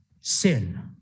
sin